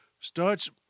starts